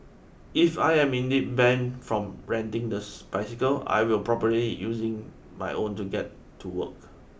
if I am indeed banned from renting the bicycle I will probably using my own to get to work